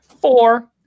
four